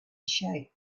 shape